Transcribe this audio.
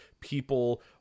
people